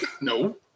No